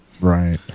right